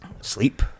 Sleep